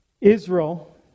Israel